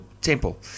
temple